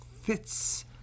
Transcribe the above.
fits